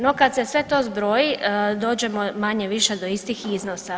No, kad se sve to zbroji dođemo manje-više do istih iznosa.